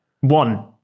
One